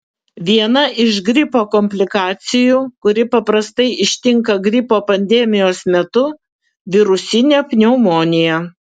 viena iš gripo komplikacijų kuri paprastai ištinka gripo pandemijos metu virusinė pneumonija